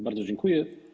Bardzo dziękuję.